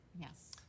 Yes